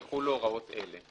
יחולו הוראות אלה: